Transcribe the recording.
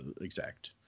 exact